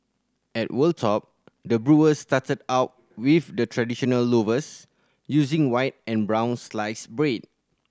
at Wold Top the brewers started out with the traditional loaves using white and brown sliced bread